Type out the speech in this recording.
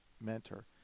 mentor